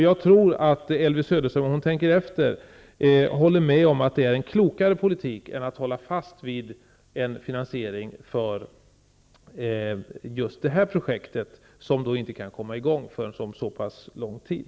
Jag tror att Elvy Söderström, om hon tänker efter, håller med om att det är en klokare politik än att hålla fast vid en finansiering för just det här projektet, som inte kan komma i gång förrän efter en så pass lång tid.